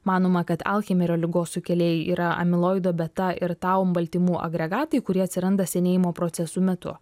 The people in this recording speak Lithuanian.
manoma kad alheimerio ligos sukėlėjai yra amiloido beta ir tau baltymų agregatai kurie atsiranda senėjimo procesų metu